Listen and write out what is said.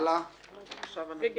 עוד לא